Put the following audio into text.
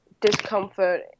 discomfort